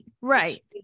right